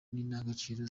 n’indangagaciro